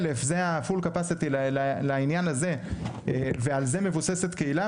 1,000 זה ה-full capacity לעניין הזה ועל זה מבוססת קהילה,